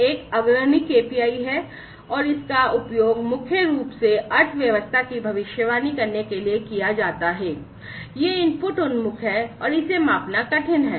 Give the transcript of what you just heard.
एक अग्रणी KPI है और इसका उपयोग मुख्य रूप से अर्थव्यवस्था की भविष्यवाणी करने के लिए किया जाता है यह इनपुट उन्मुख है और इसे मापना कठिन है